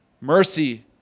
Mercy